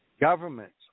Governments